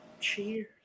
cheers